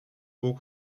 haut